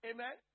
Amen